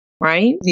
right